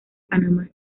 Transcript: panamá